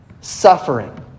suffering